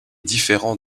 différent